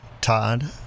Todd